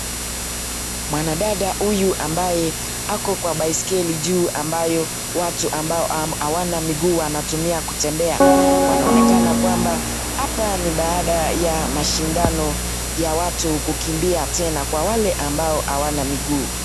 Mwanadada huyu ambaye ako kwa baiskeli juu ambayo watu ambao hawana miguu wanatumia kutembea. Wanaonekana kwamba hapa ni baada ya mashindano ya watu kukimbia tena kwa wale ambao hawana miguu.